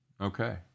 Okay